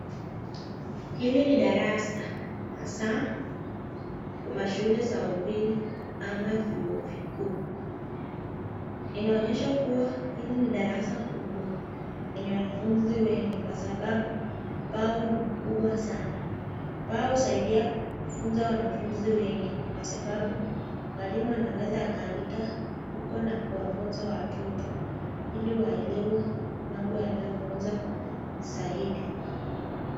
Hili ni darasa. Hasa kwa mashule za upili ama viuo vikuu. Inaonyesha kua hili ni darasa kubwa lenye wanafunzi wengi kwa sababu ubao ni mkubwa sanaa. Ubao husaidia kufunza wanafunzi wengi kwa sababu mwalimu anaweza akaandika huko na kuwafunza watoto ili waelewe mambo wanayofunzwa zaidi.